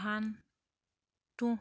ধান তুঁহ